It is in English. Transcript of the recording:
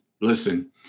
listen